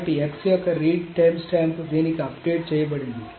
కాబట్టి x యొక్క read timestamp దీనికి అప్డేట్ చేయబడింది